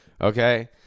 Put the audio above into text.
okay